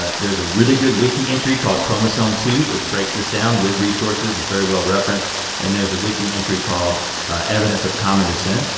ah there's a really good wiki entry called chromosome two which breaks this down with resources. it's very well referenced and there's a wiki entry called evidence of common descent